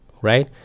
right